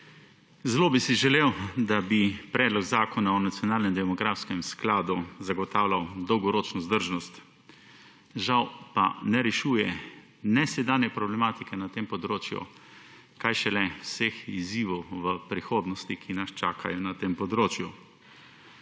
Zelo bi si želel, da bi Predlog zakona o nacionalnem demografskem skladu zagotavljal dolgoročno vzdržnost, žal pa ne rešuje ne sedanje problematike na tem področju, kaj šele vseh izzivov v prihodnosti, ki nas čakajo na tem področju.